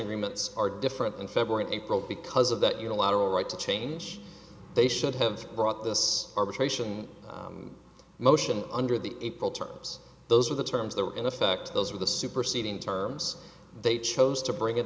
agreements are different in february and april because of that unilateral right to change they should have brought this arbitration motion under the april terms those are the terms that were in effect those were the superseding terms they chose to bring it